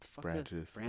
Branches